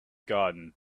garden